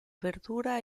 verdura